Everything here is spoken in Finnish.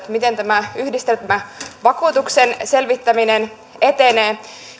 miten tämä yhdistelmävakuutuksen selvittäminen etenee